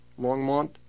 Longmont